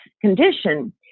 condition